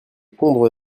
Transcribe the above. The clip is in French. tondre